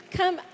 Come